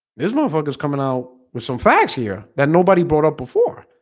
this motherfuckers coming out with some facts here that nobody brought up before